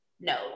no